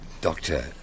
doctor